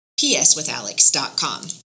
pswithalex.com